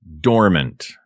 Dormant